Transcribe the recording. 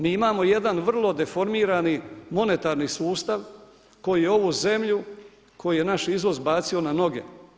Mi imamo jedan vrlo deformirani monetarni sustav koji je ovu zemlju, koji je naš izvoz bacio na noge.